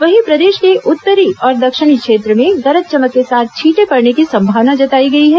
वहीं प्रदेश के उत्तरी और दक्षिणी क्षेत्र में गरज चमक के साथ छींटे पड़ने की संभावना जताई गई है